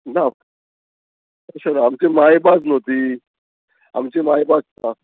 ना अशें ना आमची मायभास न्हू ती आमची मायभास